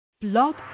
Blog